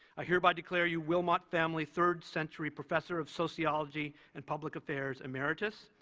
i hereby declare you willmott family third century professor of sociology and public affairs, emeritus,